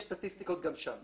יש סטטיסטיקות גם שם,